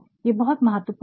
ये बहुत महत्वपूर्ण है